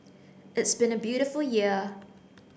it's been a beautiful year